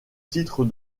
titre